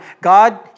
God